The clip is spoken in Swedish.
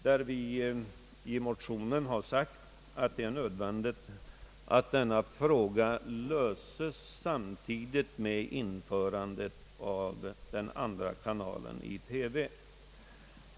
Vi har i motionen sagt att det är nödvändigt att detta problem löses samtidigt med införandet av den andra kanalen i TV.